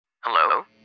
Hello